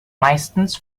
meistens